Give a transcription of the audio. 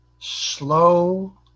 slow